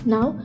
Now